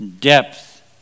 depth